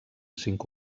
cinc